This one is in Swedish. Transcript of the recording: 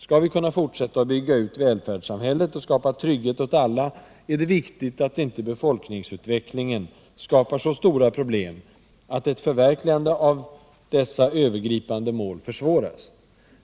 Skall vi kunna fortsätta att bygga ut välfärdssamhället och skapa trygghet åt alla är det viktigt att inte befolkningsutvecklingen skapar så stora problem att ett förverkligande av dessa övergripande mål försvåras.